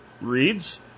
reads